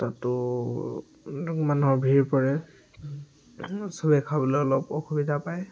তাতো মানুহৰ ভিৰ পৰে সবেই খাবলৈ অলপ অসুবিধা পায়